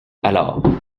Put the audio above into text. alors